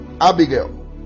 Abigail